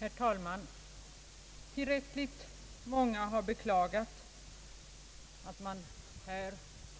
Herr talman! Tillräckligt många har beklagat att man här